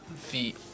feet